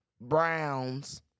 Browns